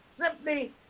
simply